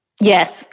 Yes